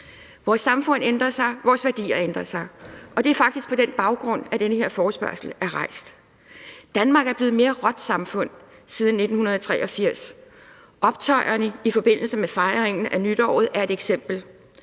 Vores samfund ændrer sig, vores værdier ændrer sig. Og det er faktisk på den baggrund, at den her forespørgsel er rejst. Danmark er blevet et mere råt samfund siden 1983. Optøjerne i forbindelse med fejringen af nytåret er et eksempel